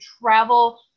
travel